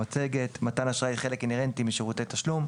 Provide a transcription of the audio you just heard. במצגת; מתן אשראי הוא חלק אינהרנטי משירותי תשלום.